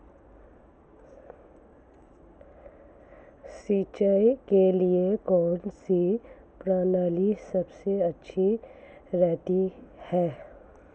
सिंचाई के लिए कौनसी प्रणाली सबसे अच्छी रहती है?